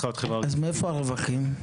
אז מאיפה הרווחים?